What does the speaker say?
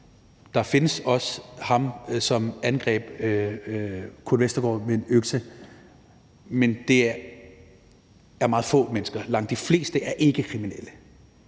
kriminelle, bl.a. ham, der angreb Kurt Vestergaard med en økse, men det drejer sig om meget få mennesker. Langt de fleste er ikke kriminelle.